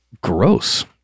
Gross